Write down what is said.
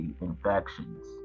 infections